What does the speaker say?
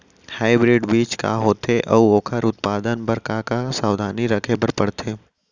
Hybrid बीज का होथे अऊ ओखर उत्पादन बर का का सावधानी रखे बर परथे?